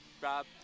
Rob